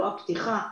לא פתיחה,